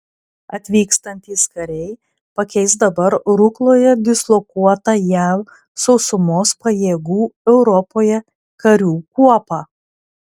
atvykstantys kariai pakeis dabar rukloje dislokuotą jav sausumos pajėgų europoje karių kuopą